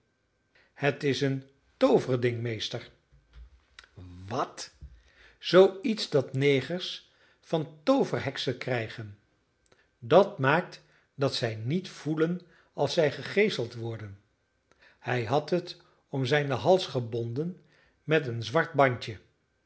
het is een tooverding meester wat zoo iets dat de negers van de tooverheksen krijgen dat maakt dat zij niet voelen als zij gegeeseld worden hij had het om zijnen hals gebonden met een zwart bandje